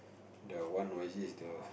the one noisy is the